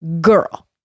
girl